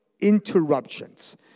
interruptions